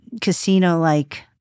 casino-like